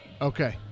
Okay